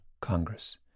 Congress